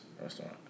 restaurant